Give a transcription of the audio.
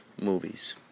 movies